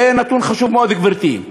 זה נתון חשוב מאוד, גברתי.